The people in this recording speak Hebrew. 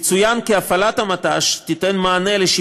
יצוין כי הפעלת המט"ש תיתן מענה ותביא